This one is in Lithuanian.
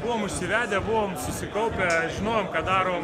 buvome užsivedę susikaupę žinojom ką darom